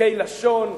בצקצוקי לשון,